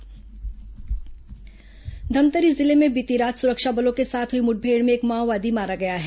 माओवादी मुठभेड़ धमतरी जिले में बीती रात सुरक्षा बलों के साथ हुई मुठभेड़ में एक माओवादी मारा गया है